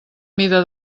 mida